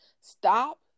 Stop